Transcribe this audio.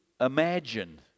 imagine